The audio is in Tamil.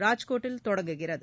ராஜ்கோட்டில் தொடங்குகிறது